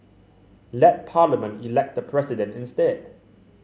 let Parliament elect the President instead